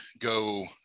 go